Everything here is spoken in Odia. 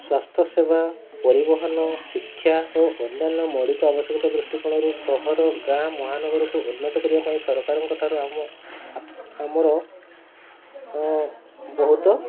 ସ୍ୱାସ୍ଥ୍ୟସେବା ପରିବହନ ଶିକ୍ଷା ଓ ଅନ୍ୟାନ୍ୟ ମୌଳିକ ଆବଶ୍ୟକତା ଦୃଷ୍ଟିକୋଣରୁ ସହର ଗାଁ ମହାନଗରକୁ ଉନ୍ନତ କରିବା ପାଇଁ ସରକାରଙ୍କଠାରୁ ଆମ ଆମର ବହୁତ